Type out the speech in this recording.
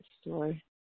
story